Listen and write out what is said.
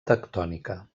tectònica